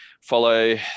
follow